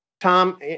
Tom